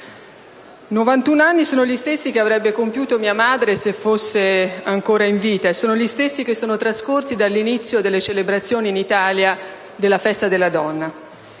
91 anni sono gli stessi che avrebbe compiuto mia madre se fosse ancora in vita e gli stessi che sono trascorsi dall'inizio delle celebrazioni in Italia della Festa della donna.